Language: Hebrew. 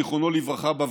זכרו לברכה.